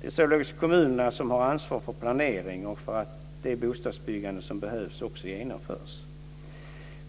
Det är således kommunerna som har ansvaret för planering och för att det bostadsbyggande som behövs också genomförs.